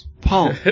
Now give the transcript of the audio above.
Paul